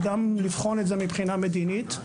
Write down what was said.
גם לבחון את זה מבחינה מדינית,